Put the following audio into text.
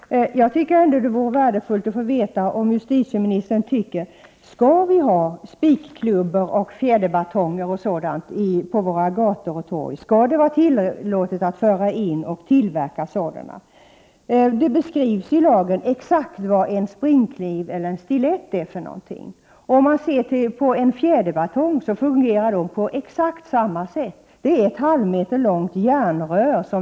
Herr talman! Jag tycker ändå att det vore värdefullt att få veta om justitieministern anser att vi skall ha spikklubbor, fjäderbatonger, osv. på våra gator och torg. Skall det vara tillåtet att föra in och tillverka sådana i Sverige? Det beskrivs i lagen exakt vad en springkniv och vad en stilett är. En fjäderbatong fungerar på exakt samma sätt. En fjäderbatong är ett halvmeterlångt järnrör.